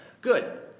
Good